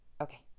Okay